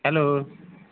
hello